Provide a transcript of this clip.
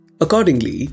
Accordingly